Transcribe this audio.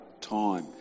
time